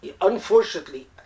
unfortunately